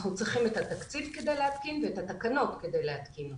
אנחנו צריכים את התקציב כדי להתקין ואת התקנות כדי להתקין אותן,